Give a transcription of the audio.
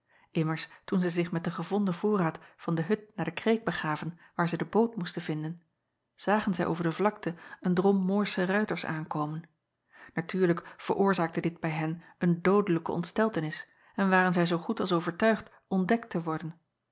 toen zij zich met den gevonden voorraad van de hut naar de kreek begaven waar zij de boot moesten vinden zagen zij over de vlakte een drom oorsche ruiters aankomen atuurlijk veroorzaakte dit bij hen een doodelijke ontsteltenis en waren zij zoo goed als overtuigd ontdekt te worden